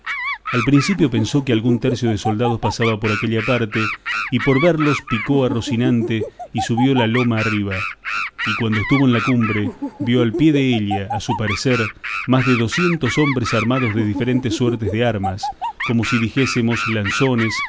al principio pensó que algún tercio de soldados pasaba por aquella parte y por verlos picó a rocinante y subió la loma arriba y cuando estuvo en la cumbre vio al pie della a su parecer más de docientos hombres armados de diferentes suertes de armas como si dijésemos lanzones